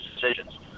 decisions